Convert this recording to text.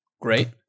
Great